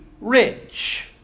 rich